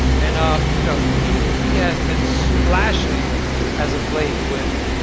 and, um you know, he he has been splashing as of late with,